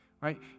Right